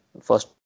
first